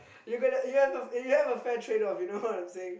you got a you have you have a fair trade off you know what I'm saying